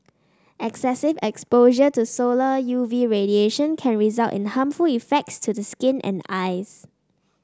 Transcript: excessive exposure to solar U V radiation can result in harmful effects to the skin and eyes